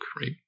right